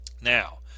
Now